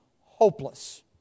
hopeless